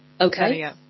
Okay